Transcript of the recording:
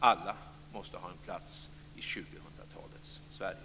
Alla måste ha en plats i 2000-talets Sverige.